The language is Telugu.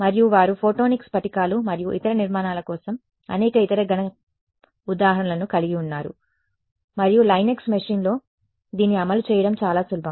మరియు వారు ఫోటోనిక్ స్ఫటికాలు మరియు ఇతర నిర్మాణాల కోసం అనేక ఇతర ఘన ఉదాహరణలను కలిగి ఉన్నారు మరియు Linux మెషీన్లో దీన్ని అమలు చేయడం చాలా సులభం